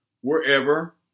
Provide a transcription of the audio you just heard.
wherever